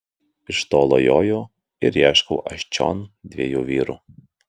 iš tolo joju ir ieškau aš čion dviejų vyrų